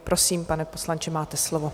Prosím, pane poslanče, máte slovo.